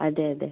അതെ അതെ